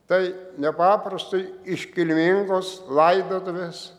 tai nepaprastai iškilmingos laidotuvės